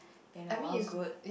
in a while good